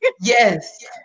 Yes